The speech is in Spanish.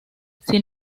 sin